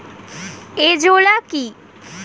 Azolla কি?